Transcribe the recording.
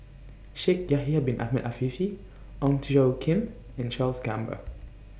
Shaikh Yahya Bin Ahmed Afifi Ong Tjoe Kim and Charles Gamba